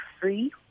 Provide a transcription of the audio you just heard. Free